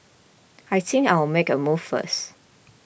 I think I'll make a move first